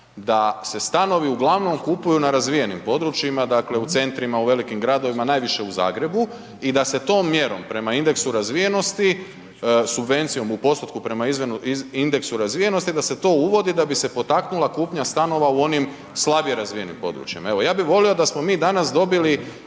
da se stanovi uglavnom kupuju na razvijenim područjima, dakle, u centrima, u velikim gradovima, najviše u Zagrebu i da se tom mjerom prema indeksu razvijenosti, subvencijom u postotku prema indeksu razvijenosti, da se to uvodi da bi se potaknula kupnja stanova u onim slabije razvijenim područjima. Evo, ja bi volio da smo mi danas dobili